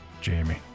Jamie